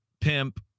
pimp